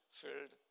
filled